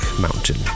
Mountain